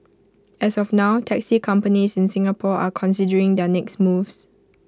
as of now taxi companies in Singapore are considering their next moves